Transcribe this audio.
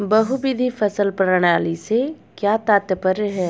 बहुविध फसल प्रणाली से क्या तात्पर्य है?